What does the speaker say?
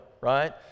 right